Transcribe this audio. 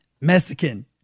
Mexican